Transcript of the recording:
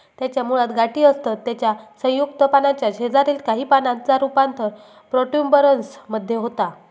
त्याच्या मुळात गाठी असतत त्याच्या संयुक्त पानाच्या शेजारील काही पानांचा रूपांतर प्रोट्युबरन्स मध्ये होता